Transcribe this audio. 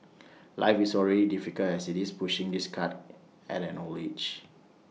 life is already difficult as IT is pushing this cart at an old age